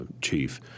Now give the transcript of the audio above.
chief